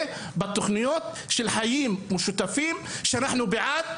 בתוכניות של חיים משותפים שאנחנו בעד